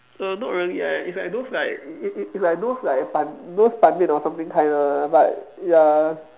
err not really like it's like those like it's it's like those like ban those ban mian or something kind ah of but ya